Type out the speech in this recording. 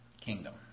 kingdom